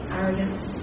arrogance